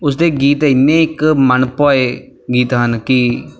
ਉਸਦੇ ਗੀਤ ਇੰਨੇ ਇਕ ਮਨ ਭੋਏ ਗੀਤ ਹਨ ਕਿ